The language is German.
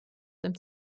dem